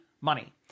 money